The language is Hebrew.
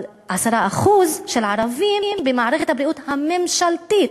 אבל זה 10% של ערבים במערכת הבריאות הממשלתית,